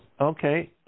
okay